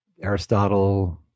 Aristotle –